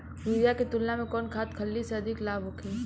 Urea के तुलना में कौन खाध खल्ली से अधिक लाभ होखे?